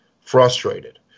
frustrated